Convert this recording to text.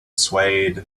swayed